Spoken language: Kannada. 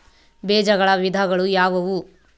ಬೇಜಗಳ ವಿಧಗಳು ಯಾವುವು?